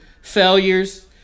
failures